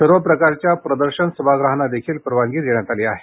सर्व प्रकारच्या प्रदर्शन सभागृहांनाही परवानगी देण्यात आली आहे